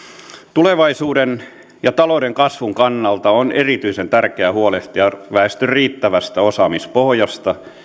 tulevaisuuden ja talouden kasvun kannalta on erityisen tärkeä huolehtia väestön riittävästä osaamispohjasta